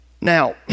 Now